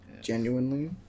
genuinely